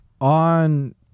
on